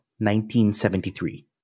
1973